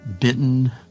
bitten